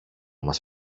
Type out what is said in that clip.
μας